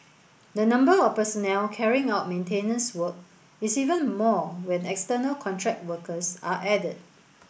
the number of personnel carrying out maintenance work is even more when external contract workers are added